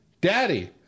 Daddy